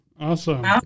awesome